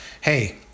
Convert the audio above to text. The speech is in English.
Hey